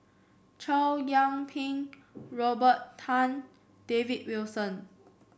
Chow Yian Ping Robert Tan David Wilson